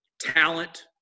talent